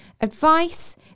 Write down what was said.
advice